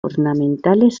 ornamentales